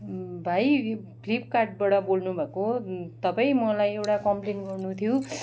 भाइ फ्लिपकार्टबाट बोल्नुभएको तपाईँ मलाई एउटा कम्प्लेन गर्नु थियो